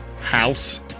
house